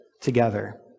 together